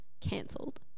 cancelled